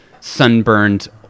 sunburned